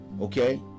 Okay